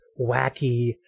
wacky